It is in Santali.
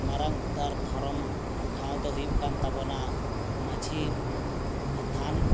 ᱢᱟᱨᱟᱝ ᱩᱛᱟᱹᱨ ᱫᱷᱚᱨᱚᱢ ᱴᱷᱟᱶ ᱫᱚ ᱦᱩᱭᱩᱜ ᱠᱟᱱ ᱛᱟᱵᱚᱱᱟ ᱢᱟᱺᱡᱷᱤ ᱛᱷᱟᱱ